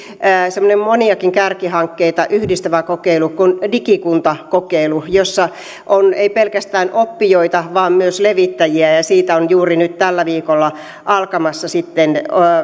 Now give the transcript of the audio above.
semmoinen moniakin kärkihankkeita yhdistävä kokeilu kuin digikuntakokeilu jossa on ei pelkästään oppijoita vaan myös levittäjiä ja ja siitä on juuri nyt tällä viikolla alkamassa sitten